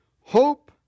hope